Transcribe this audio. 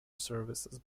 services